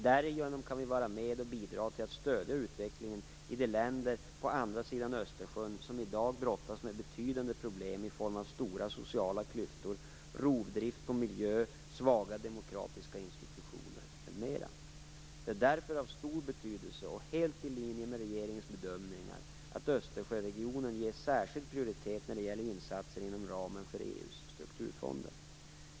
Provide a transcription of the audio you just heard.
Därigenom kan vi vara med och bidra till att stödja utvecklingen i de länder på andra sidan Östersjön som i dag brottas med betydande problem i form av stora sociala klyftor, rovdrift på miljö, svaga demokratiska institutioner m.m. Det är därför av stor betydelse och helt i linje med regeringens bedömningar att Östersjöregionen ges särskild prioritet när det gäller insatser inom ramen för EU:s strukturfonder.